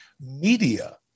media